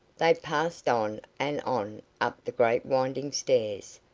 they passed on and on up the great winding stairs,